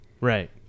Right